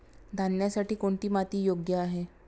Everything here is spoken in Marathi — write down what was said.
धान्यासाठी कोणती माती योग्य आहे?